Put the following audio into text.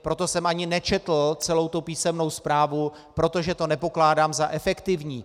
Proto jsem ani nečetl celou tu písemnou zprávu, protože to nepokládám za efektivní.